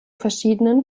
verschiedenen